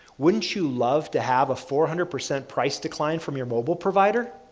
wouldn't you love to have a four hundred percent price decline from your mobile provider?